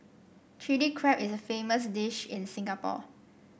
Chilli Crab is a famous dish in Singapore